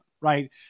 right